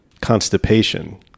constipation